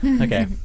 Okay